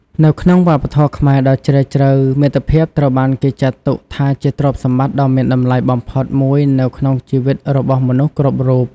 នៅក្នុងវប្បធម៌ខ្មែរដ៏ជ្រាលជ្រៅ មិត្តភាពត្រូវបានគេចាត់ទុកថាជាទ្រព្យសម្បត្តិដ៏មានតម្លៃបំផុតមួយនៅក្នុងជីវិតរបស់មនុស្សគ្រប់រូប។